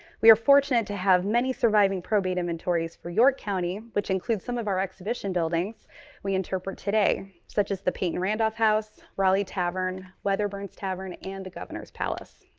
we are fortunate to have many surviving probate inventories for york county, which includes some of our exhibition buildings we interpret today, such as the peyton randolph house, raleigh tavern, wetherburn's tavern and the governor's palace.